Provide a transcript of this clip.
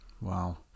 Wow